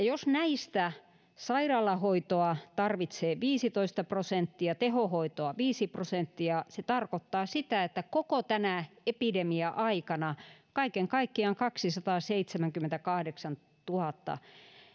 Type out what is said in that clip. jos näistä sairaalahoitoa tarvitsee viisitoista prosenttia tehohoitoa viisi prosenttia se tarkoittaa sitä että koko tänä epidemia aikana kaiken kaikkiaan kaksisataaseitsemänkymmentäkahdeksantuhatta